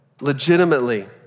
Legitimately